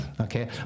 okay